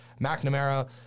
McNamara